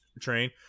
train